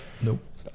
Nope